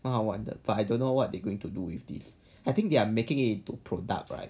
蛮好玩的 but I don't know what they're going to do with this I think they are making it to product right